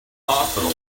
hospital